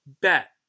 bet